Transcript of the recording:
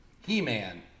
He-Man